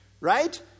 right